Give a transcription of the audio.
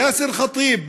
יאסר ח'טיב,